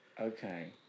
Okay